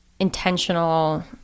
intentional